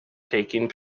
taking